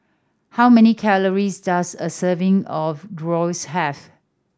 how many calories does a serving of Gyros have